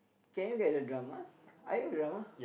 can you get the drummer I have drummer